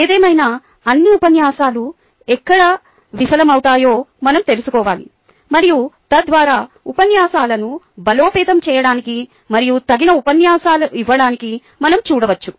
ఏదేమైనా అన్ని ఉపన్యాసాలు ఎక్కడ విఫలమవుతాయో మనం తెలుసుకోవాలి మరియు తద్వారా ఉపన్యాసాలను బలోపేతం చేయడానికి మరియు తగిన ఉపన్యాసాలు ఇవ్వడానికి మనం చూడవచ్చు